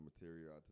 material